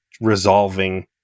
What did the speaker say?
resolving